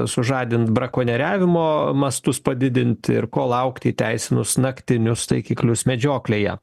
sužadint brakonieriavimo mastus padidinti ir ko laukti įteisinus naktinius taikiklius medžioklėje